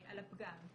הפגם.